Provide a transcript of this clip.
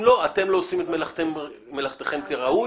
אם לא, אתם לא עושים את מלאכתכם כראוי.